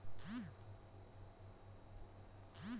ডোলেশল বা দেলা ক্যরা মালে হছে কল কিছুর অথ্থলৈতিক ভাবে সাহায্য ক্যরা